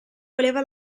voleva